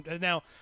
now